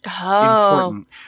important